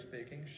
speaking